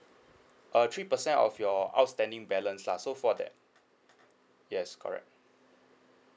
uh three percent of your outstanding balance lah so for that yes correct